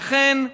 ואכן,